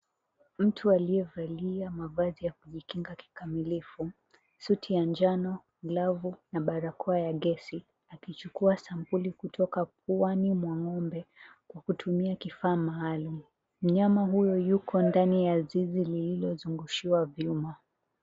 Mtu aliyevalia mavazi ya kijikinga kikamilifu suti ya njano, glavu na barakoa ya gesi akichukua sampuli kutoka puani mwa ng'ombe, kutumia kifaa maalum. Mnyama huyu yuko ndani ya zizi lililozungushiwa vyuma.